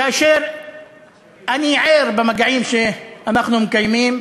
כאשר אני ער, במגעים שאנחנו מקיימים,